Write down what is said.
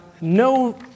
no